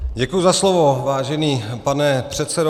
Děkuji za slovo, vážený pane předsedo.